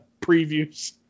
previews